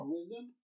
Wisdom